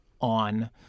on